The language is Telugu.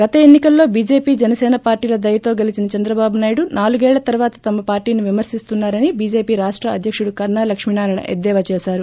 గత ఎన్ని కల్లో చీజేపీ జనసేన పార్లీల దయతో గెలిచిన చంద్రబాబు నాయుడు నాలుగేళ్ళ తరువాత తమ పార్టీని విమర్శిస్తున్నారని బీజేపీ రాష్ట అధ్యకుడు కన్నా లక్ష్మీ నారాయణ ఎద్దేవా చేశారు